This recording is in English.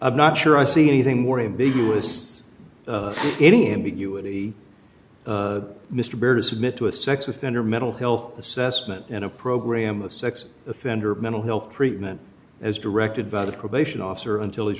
i'm not sure i see anything more ambiguous any ambiguity mr berger submit to a sex offender mental health assessment in a program of sex offender mental health treatment as directed by the probation officer until